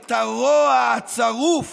"את הרוע הצרוף